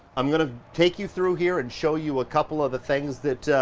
i'm gonna take you through here and show you a couple of the things that,